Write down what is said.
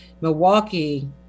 Milwaukee